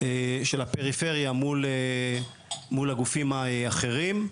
של הפריפריה מול הגופים האחרים.